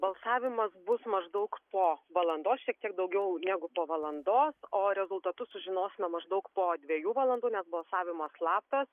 balsavimas bus maždaug po valandos šiek tiek daugiau negu po valandos o rezultatus sužinosime maždaug po dviejų valandų nes balsavimas slaptas